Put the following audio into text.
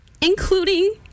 including